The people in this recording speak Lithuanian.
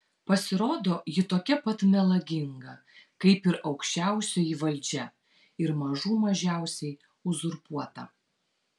pasirodo ji tokia pat melaginga kaip ir aukščiausioji valdžia ir mažų mažiausiai uzurpuota